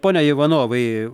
pone ivanovai